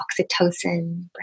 oxytocin